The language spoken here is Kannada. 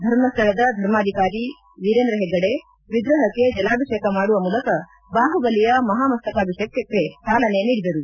ಧರ್ಮಸ್ಥಳದ ಧರ್ಮಾಧಿಕಾರಿ ವೀರೇಂದ್ರ ಹೆಗ್ಗಡೆ ವಿಗ್ರಹಕ್ಕೆ ಜಲಾಭಿಷೇಕ ಮಾಡುವ ಮೂಲಕ ಬಾಹುಬಲಿಯ ಮಹಾಮಸ್ತಕಾಭಿಷೇಕಕ್ಕೆ ಚಾಲನೆ ನೀಡಿದರು